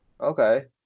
Okay